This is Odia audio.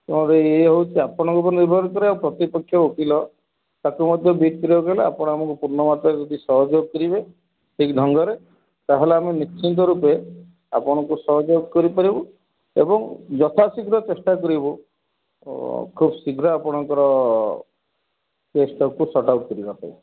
ତମର ଇଏ ହେଉଛି ଆପଣଙ୍କ ଉପରେ ନିର୍ଭର କରେ ଆଉ ପ୍ରତିପକ୍ଷ ଓକିଲ ତାକୁ ମଧ୍ୟ ବିଟ୍ କରିବାକୁ ହେଲେ ଆପଣ ଆମକୁ ପୂର୍ଣ୍ଣମାତ୍ରାରେ ଯଦି ସହଯୋଗ କରିବେ ଠିକ୍ ଢଙ୍ଗରେ ତାହାଲେ ଆମେ ନିଶ୍ଚିନ୍ତ ରୂପେ ଆପଣଙ୍କୁ ସହଯୋଗ କରିପାରିବୁ ଏବଂ ଯଥା ଶୀଘ୍ର ଚେଷ୍ଟା କରିବୁ ଖୁବ୍ ଶୀଘ୍ର ଆପଣଙ୍କର କେସ୍ ଟାକୁ ସଟ୍ଆଉଟ୍ କରିବା ପାଇଁ